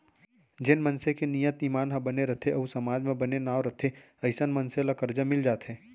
जेन मनसे के नियत, ईमान ह बने रथे अउ समाज म बने नांव रथे अइसन मनसे ल करजा मिल जाथे